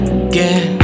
again